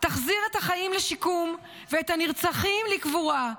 תחזיר את החיים לשיקום ואת הנרצחים לקבורה.